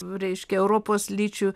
reiškia europos lyčių